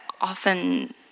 often